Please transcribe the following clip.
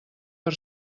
per